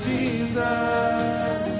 Jesus